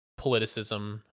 politicism